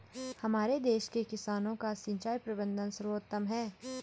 हमारे देश के किसानों का सिंचाई प्रबंधन सर्वोत्तम है